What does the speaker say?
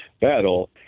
battle